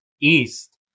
East